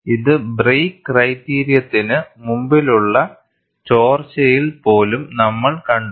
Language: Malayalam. ഇത് ബ്രേക്ക് ക്രൈറ്റീരിയത്തിന് മുമ്പുള്ള ചോർച്ചയിൽ പോലും നമ്മൾ കണ്ടു